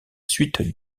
suite